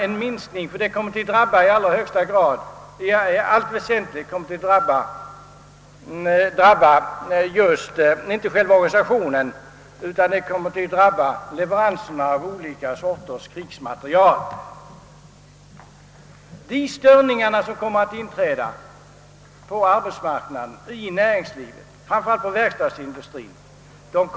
En minskning av försvarsutgifterna kommer i allt väsentligt att drabba inte själva organisationen utan leveranserna av olika slag av krigsmateriel och medföra betydande störningar på arbetsmarknaden framför allt inom verkstadsindustrien.